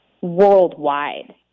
worldwide